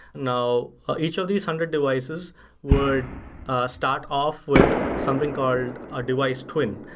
now each of these hundred devices would start off with something called a device twin.